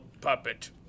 puppet